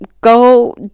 go